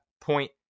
point